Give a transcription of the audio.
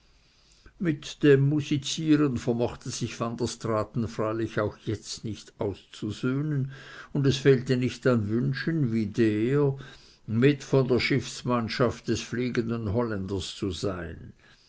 mit dem musizieren vermochte sich van der straaten freilich auch jetzt nicht auszusöhnen und es fehlte nicht an wünschen wie der mit von der schiffsmannschaft des fliegenden holländers zu sein